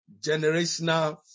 Generational